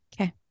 okay